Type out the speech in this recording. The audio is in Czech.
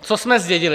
Co jsme zdědili?